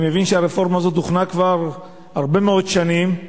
אני מבין שהיוזמה הזאת הוכנה כבר הרבה מאוד שנים.